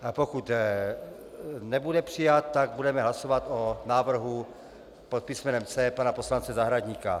A pokud nebude přijat, tak budeme hlasovat o návrhu pod písmenem C pana poslance Zahradníka.